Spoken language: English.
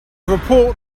report